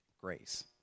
grace